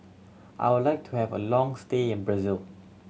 I would like to have a long stay in Brazil